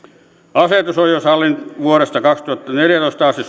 asetus on jo sallinut vuodesta kaksituhattaneljätoista asti